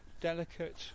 delicate